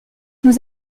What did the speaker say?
nous